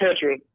Petra